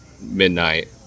midnight